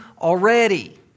already